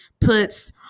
puts